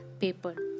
paper